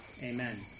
amen